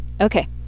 Okay